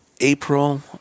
April